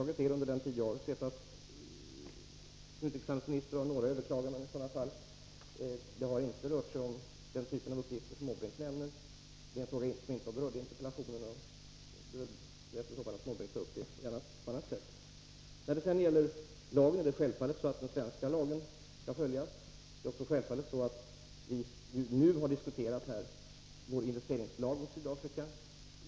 I varje fall under min tid som utrikeshandelsmi — och Namibia nister har det inte förekommit några överklaganden i sådana fall. Det har inte rört sig om den typ av uppgifter som Bertil Måbrink nämner. De frågor som Bertil Måbrink här tar upp har som sagt inte berörts i interpellationen, och de får därför behandlas i annat sammanhang. Beträffande frågan om vilken lag som skall följas i det fall Bertil Måbrink nämnde vill jag säga att det självfallet är den svenska lagen som skall följas. Det vi nu har diskuterat är lagen mot investeringar i Sydafrika.